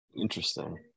Interesting